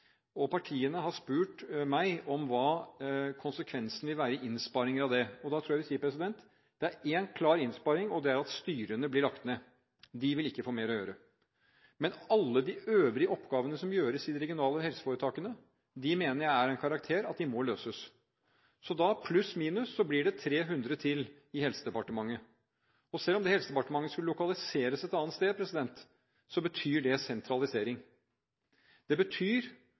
ned. Partiene har spurt meg om hva konsekvensen vil være i innsparinger. Da vil jeg si at det er én klar innsparing, og det er at styrene blir lagt ned. De vil ikke få mer å gjøre. Alle de øvrige oppgavene som gjøres i de regionale helseforetakene, mener jeg er av en slik karakter at de må løses. Da blir det – pluss/minus – 300 til i Helsedepartementet, og selv om det skulle lokaliseres et annet sted, betyr det sentralisering. Det betyr